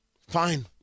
fine